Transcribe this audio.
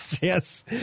Yes